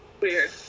Weird